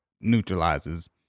neutralizes